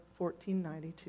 1492